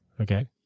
Okay